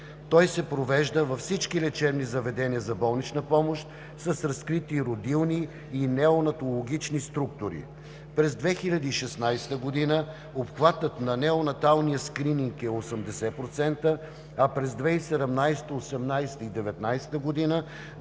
Той се провежда във всички лечебни заведения за болнична помощ с разкрити родилни и неонатологични структури. През 2016 г. обхватът на неонаталния скрининг е 80%, а през 2017, 2018 и 2019 г.